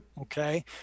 okay